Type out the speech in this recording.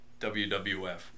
WWF